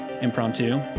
impromptu